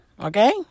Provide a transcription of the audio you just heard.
okay